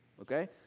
Okay